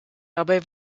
dabei